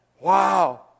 Wow